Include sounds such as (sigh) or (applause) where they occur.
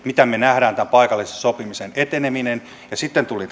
(unintelligible) miten me näemme tämän paikallisen sopimisen etenemisen ja sitten tuli (unintelligible)